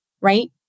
right